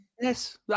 Yes